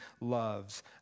loves